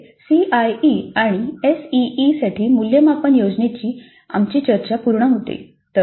येथे सीआयई आणि एसईई साठी मूल्यमापन योजनेची आमची चर्चा पूर्ण होते